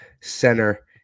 center